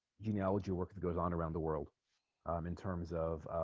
genealogy work that goes on around the world um in terms of